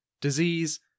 disease